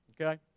Okay